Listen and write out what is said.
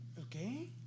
Okay